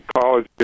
college